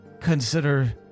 consider